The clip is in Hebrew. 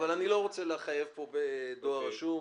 אבל אני לא רוצה לחייב פה בדואר רשום.